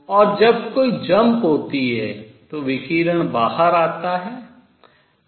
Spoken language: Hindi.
और जब कोई jump छलांग होती है तो विकिरण बाहर आता है